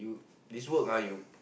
this work ah you